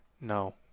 No